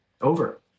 over